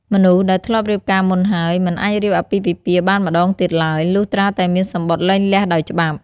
មនុស្សដែលធ្លាប់រៀបការមុនហើយ មិនអាចរៀបអាពាហ៍ពិពាហ៍បានម្តងទៀតឡើយ លុះត្រាតែមានសំបុត្រលែងលះដោយច្បាប់។